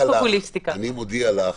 אני מודיע לך